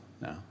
no